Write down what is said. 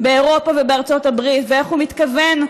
באירופה ובארצות הברית, ואיך הוא מתכוון,